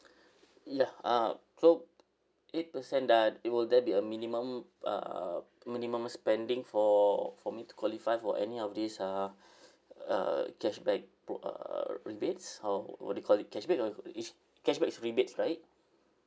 ya uh so eight percent do~ it will there be a minimum uh minimum spending for for me to qualify for any of these uh uh cashback pro~ uh rebates or what do you call it cashback or is cashback is rebates right